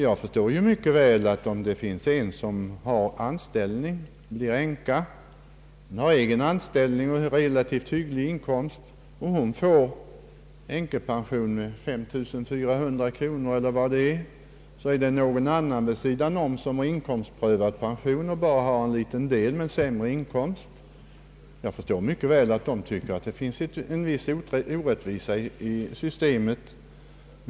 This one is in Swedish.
Om en kvinna som har en anställning och relativt hygglig inkomst blir änka och får en änkepension på 35400 kronor eller vad det är, medan någon annan änka, som har lägre inkomst, på grund av inkomstprövningen inte kan få någon pension, så förstår jag mycket väl att det kan uppfattas som en orättvisa i systemet.